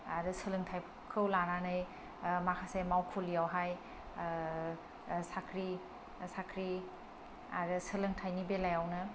आरो सोलोंथाइखौ लानानै माखासे मावखुलियावहाय साख्रि साख्रि आरो सोलोंथाइनि बेलायावनो